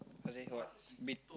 as in what mid